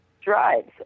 drives